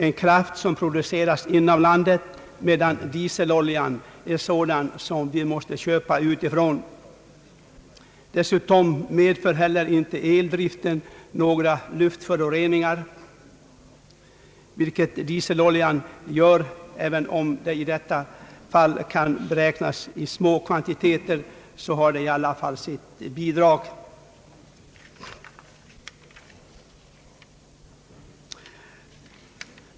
Elkraft produceras inom landet, medan dieselolja måste köpas utifrån. Dessutom medför eldriften inte några luftföroreningar, vilket dieseloljan gör. Även om förbrukningen i detta fall kan räknas i små kvantiteter, ger den sitt bidrag.